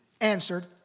answered